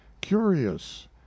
curious